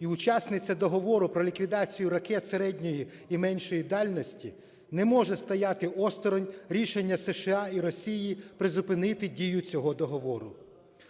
і учасниця Договору про ліквідацію ракет середньої і меншої дальності не може стояти осторонь рішення США і Росії призупинити дію цього договору.